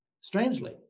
strangely